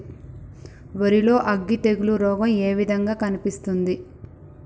వరి లో అగ్గి తెగులు రోగం ఏ విధంగా కనిపిస్తుంది?